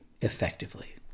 effectively